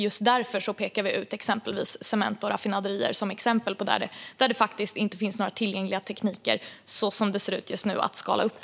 Just därför pekar vi ut cementproduktion och raffinaderier som exempel där det, som det ser ut just nu, faktiskt inte finns några tillgängliga tekniker att skala upp.